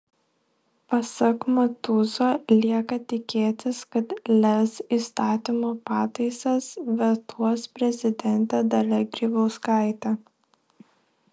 pasak matuzo lieka tikėtis kad lez įstatymo pataisas vetuos prezidentė dalia grybauskaitė